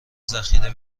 ذخیره